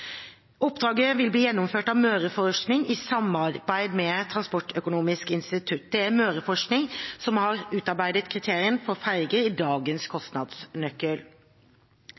Oppdraget vil bli gjennomført av Møreforsking i samarbeid med Transportøkonomisk institutt. Det er Møreforskning som har utarbeidet kriteriene for ferjer i dagens kostnadsnøkkel.